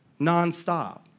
nonstop